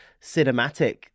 cinematic